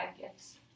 gifts